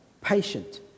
patient